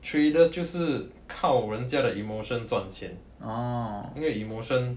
traders 就是靠人家的 emotion 赚钱因为 emotion